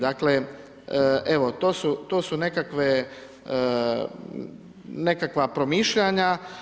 Dakle, evo to su nekakva promišljanja.